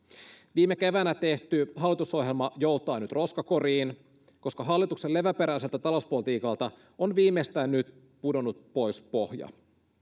viime keväänä tehty hallitusohjelma joutaa nyt roskakoriin koska hallituksen leväperäiseltä talouspolitiikalta on viimeistään nyt pudonnut pois pohja